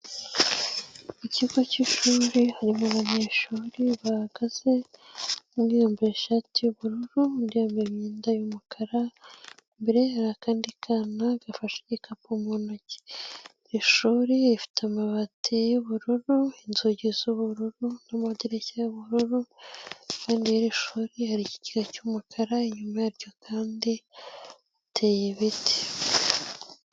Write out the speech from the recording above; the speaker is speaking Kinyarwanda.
Mu kigo cy'ishuri harimo abanyeshuri bahagaze, umwe yambaye ishati y'ubururu undi yambaye imyenda y'umukara, imbere ye hari akandi kana gafashe igikapu mu ntoki. Ishuri rifite amabati y'ubururu, inzugi z'ubururu, n'amadirishya y'ubururu, impande yiri shuri hari ikigega cy'umukara inyuma yaryo kandi hateye ibiti.